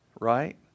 Right